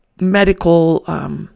medical